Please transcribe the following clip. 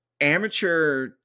amateur